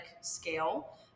scale